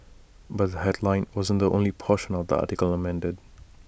but the headline wasn't the only portion of the article amended